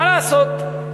מה לעשות.